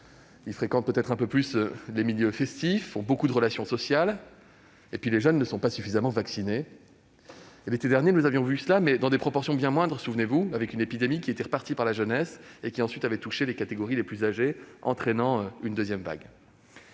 ils fréquentent peut-être un peu plus les milieux festifs, ils ont beaucoup de relations sociales et ils ne sont pas suffisamment vaccinés. L'été dernier, nous avions constaté la même situation, mais dans des proportions bien moindres. Souvenez-vous, l'épidémie était repartie par la jeunesse et avait ensuite touché les catégories les plus âgées, entraînant une deuxième vague.